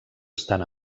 estan